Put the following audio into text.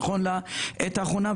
נכון לעת האחרונה,